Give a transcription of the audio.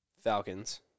Falcons